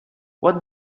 what